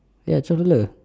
ya twelve dollar